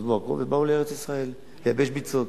עזבו הכול ובאו לארץ-ישראל לייבש ביצות.